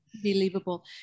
Believable